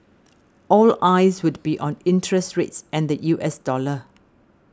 all eyes would be on interest rates and the U S dollar